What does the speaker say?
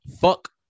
Fuck